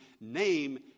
name